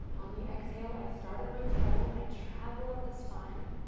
on the exhale, i start at my tailbone, i travel up the spine,